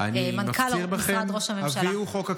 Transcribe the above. מנכ"ל משרד ראש הממשלה.